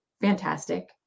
fantastic